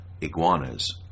iguanas